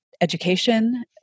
education